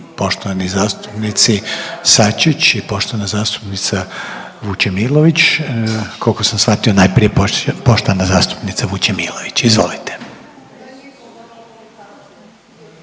poštovani zastupnici Sačić i poštovana zastupnica Vučemilović, koliko sam shvatio najprije poštovana zastupnica Vučemilović. Izvolite.